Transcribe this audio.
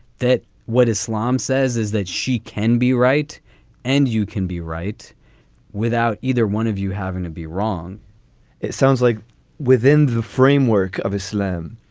that what islam says is that she can be right and you can be right without either one of you having to be wrong it sounds like within the framework of islam,